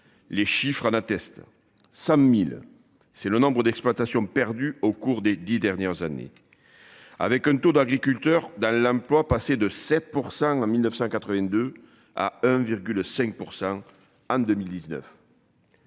les chiffres en attestent. 100.000 c'est le nombre d'exploitations perdu au cours des 10 dernières années. Avec un taux d'agriculteurs dans l'emploi passé de 7% en 1982 à 1,5%. Anne 2019.